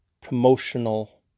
promotional